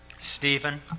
Stephen